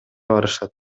барышат